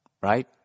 right